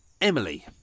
Emily